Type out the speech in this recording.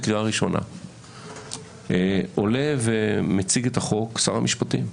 בקריאה ראשונה עולה ומציג את החוק שר המשפטים.